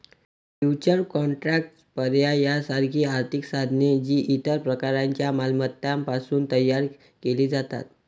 futures contracts, पर्याय यासारखी आर्थिक साधने, जी इतर प्रकारच्या मालमत्तांपासून तयार केली जातात